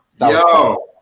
Yo